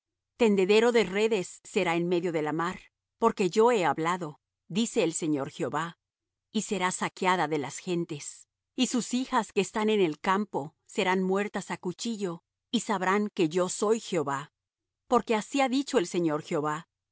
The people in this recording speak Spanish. tendedero de redes será en medio de la mar porque yo he hablado dice el señor jehová y será saqueada de las gentes y sus hijas que están en el campo serán muertas á cuchillo y sabrán que yo soy jehová porque así ha dicho el señor jehová